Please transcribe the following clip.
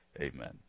Amen